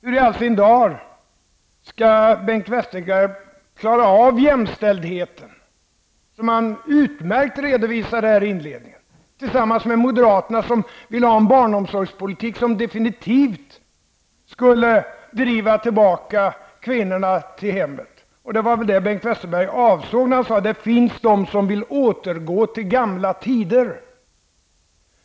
Hur skall Bengt Westerberg klara jämställdheten, som han utmärkt redovisade i inledningen, tillsammans med moderaterna som vill ha en barnomsorgspolitik som definitivt skulle driva tillbaka kvinnorna till hemmet? Det var väl det Bengt Westerberg avsåg när han sade att det finns de som vill återgå till gamla tider.